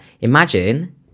imagine